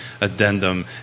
addendum